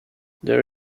their